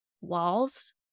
walls